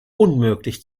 unmöglich